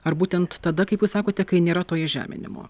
ar būtent tada kaip jūs sakote kai nėra to įžeminimo